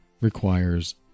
requires